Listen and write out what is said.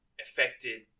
affected